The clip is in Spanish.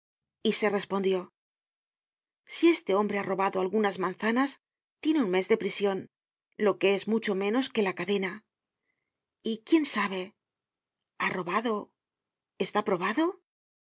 y se respondio si este hombre ha robado algunas manzanas tiene un mes de prision lo que es mucho menos que la cadena y quién sabe ha robado está probado